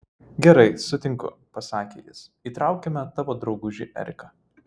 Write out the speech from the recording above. gerai sutinku pasakė jis įtraukime tavo draugužį eriką